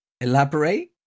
Elaborate